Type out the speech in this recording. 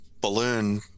balloon